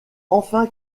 enfin